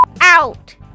out